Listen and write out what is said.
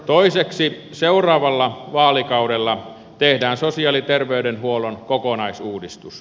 toiseksi seuraavalla vaalikaudella tehdään sosiaali ja tervey denhuollon kokonaisuudistus